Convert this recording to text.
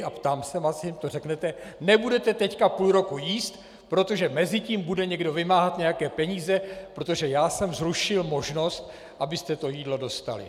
A ptám se vás, jestli jim to řekněte: Nebudete teď půl roku jíst, protože mezitím bude někdo vymáhat nějaké peníze, protože já jsem zrušil možnost, abyste jídlo dostali.